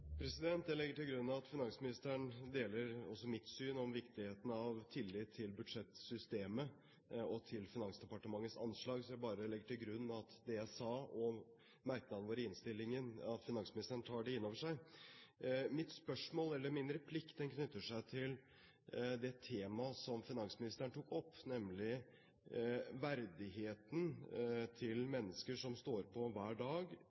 budsjettbalansen. Jeg legger til grunn at finansministeren deler mitt syn om viktigheten av tillit til budsjettsystemet og til Finansdepartementets anslag, og jeg legger til grunn at finansministeren tar inn over seg det jeg sa, og merknadene våre i innstillingen. Min replikk knytter seg til det temaet som finansministeren tok opp, nemlig verdigheten til mennesker som står på hver dag,